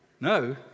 No